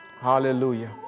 Hallelujah